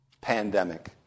pandemic